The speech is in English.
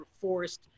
forced